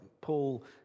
Paul